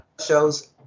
shows